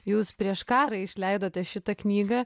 jūs prieš karą išleidote šitą knygą